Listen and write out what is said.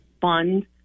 fund